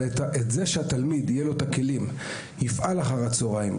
אבל זה שלתלמיד יהיו הכלים והוא יפעל אחר הצהריים,